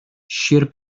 sir